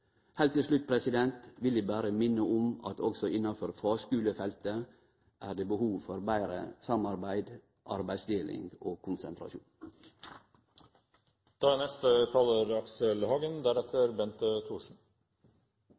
Heilt til slutt vil eg berre minne om at også innanfor fagskulefeltet er det behov for betre samarbeid, arbeidsdeling og